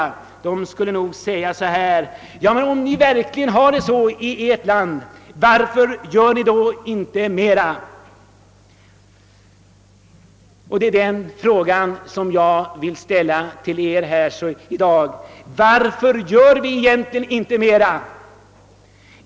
Jo, de skulle nog ställa följande fråga: Om ni verkligen har det så ordnat i ert land, varför gör ni då inte mera för oss? Det är den frågan jag vill ställa till er i dag.